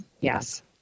Yes